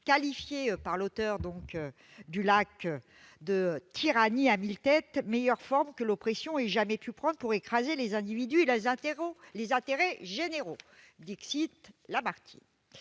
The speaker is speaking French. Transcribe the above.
qualifiées par l'auteur du de « tyrannie à mille têtes [...], meilleure forme que l'oppression ait jamais pu prendre pour écraser les individus et les intérêts généraux ». Ne